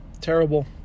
terrible